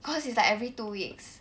cause it's like every two weeks